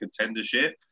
contendership